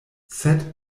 sed